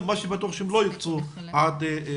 אלא מה שבטוח זה שהם לא יוקצו עד אז.